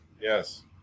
Yes